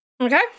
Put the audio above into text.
Okay